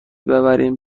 ببریم